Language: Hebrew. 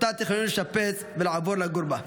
ותכננו לשפץ אותה ולעבור לגור בה.